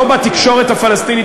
לא בתקשורת הפלסטינית,